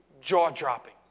jaw-dropping